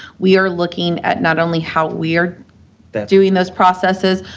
we are looking at not only how we are doing those processes,